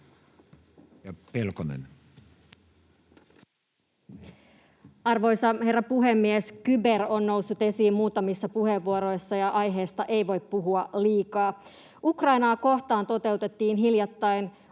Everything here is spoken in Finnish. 15:57 Content: Arvoisa herra puhemies! Kyber on noussut esiin muutamissa puheenvuoroissa, ja aiheesta ei voi puhua liikaa. Ukrainaa kohtaan toteutettiin hiljattain